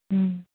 ꯎꯝ